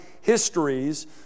histories